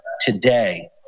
today